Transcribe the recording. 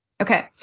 Okay